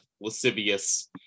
lascivious